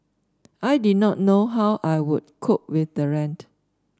I did not know how I would cope with the rent